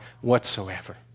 whatsoever